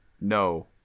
no